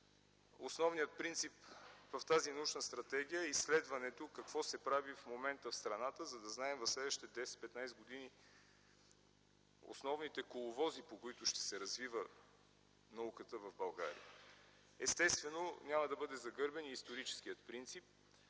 Основният принцип в тази научна стратегия е изследването какво се прави в момента в страната, за да знаем в следващите 10 15 години основните коловози, по които ще се развива науката в България. Естествено няма да бъде загърбен историческият принцип,